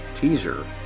teaser